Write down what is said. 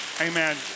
Amen